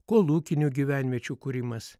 kolūkinių gyvenviečių kūrimas